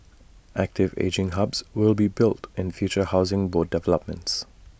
active ageing hubs will be built in future Housing Board developments